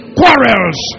quarrels